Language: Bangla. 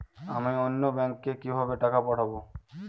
আমি অন্য ব্যাংকে কিভাবে টাকা পাঠাব?